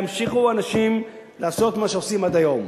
אנשים לעשות מה שעושים עד היום,